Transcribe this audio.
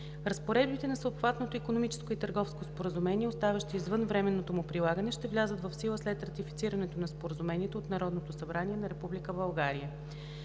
Разпоредбите на Всеобхватното икономическо и търговско споразумение, оставащи извън временното му прилагане, ще влязат в сила след ратифицирането на Споразумението от Народното събрание на